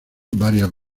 varias